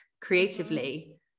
creatively